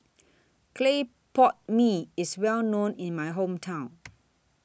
Clay Pot Mee IS Well known in My Hometown